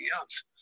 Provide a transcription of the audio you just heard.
else